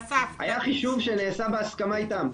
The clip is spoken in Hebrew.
היה חישוב שנעשה בהסכמה איתם,